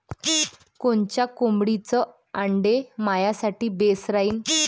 कोनच्या कोंबडीचं आंडे मायासाठी बेस राहीन?